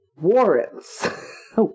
Warrants